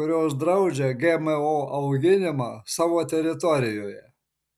kurios draudžia gmo auginimą savo teritorijoje